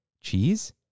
cheese